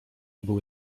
były